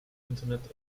internet